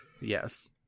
Yes